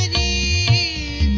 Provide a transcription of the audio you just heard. e